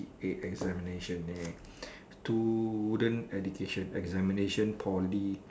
C_C_A examination eh student education examination Poly